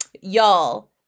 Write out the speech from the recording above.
y'all